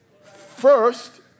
First